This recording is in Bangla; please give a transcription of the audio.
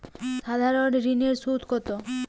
সাধারণ ঋণের সুদ কত?